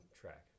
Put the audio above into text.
track